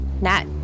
Nat